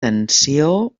tensió